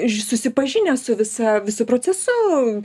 susipažinę su visa visu procesu